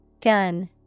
Gun